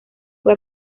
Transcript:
fue